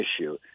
issue